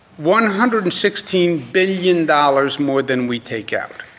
one hundred and sixteen billion dollars more than we take out,